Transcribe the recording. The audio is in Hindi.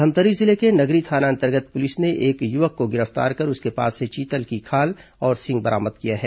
धमतरी जिले के नगरी थाना अंतर्गत पुलिस ने एक युवक को गिरफ्तार कर उसके पास से चीतल खाल और सींग बरामद किया है